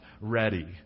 ready